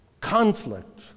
conflict